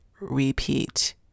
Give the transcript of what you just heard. repeat